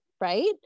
right